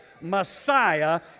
Messiah